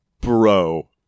Bro